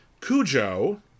Cujo